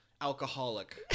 alcoholic